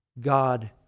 God